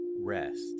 rest